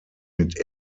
mit